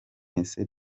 mwese